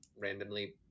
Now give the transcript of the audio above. randomly